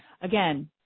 Again